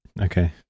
Okay